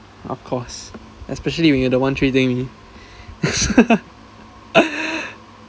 of course especially when you're the one treating